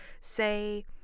say